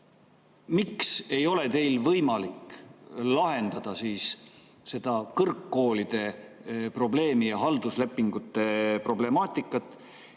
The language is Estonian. miks ei ole teil võimalik lahendada seda kõrgkoolide probleemi ja halduslepingute problemaatikat.